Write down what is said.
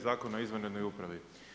Zakona o izvanrednoj upravi.